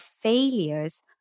failures